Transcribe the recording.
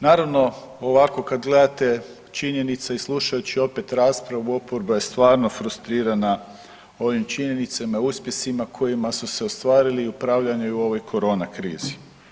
Naravno ovako kad gledate činjenice i slušajući opet raspravu oporba je stvarno frustrirana ovim činjenicama i uspjesima kojima su se ostvarili i upravljanja i u ovoj korona krizi.